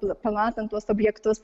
pamatant tuos objektus